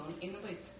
innovate